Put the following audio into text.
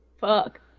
Fuck